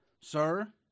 Sir